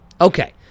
Okay